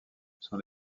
son